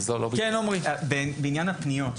בעניים הפניות,